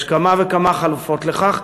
יש כמה וכמה חלופות לכך.